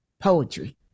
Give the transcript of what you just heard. poetry